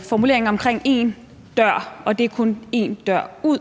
formuleringen omkring én dør, og at der kun er én dør ud,